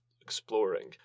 exploring